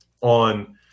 on